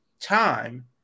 time